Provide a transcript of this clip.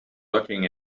looking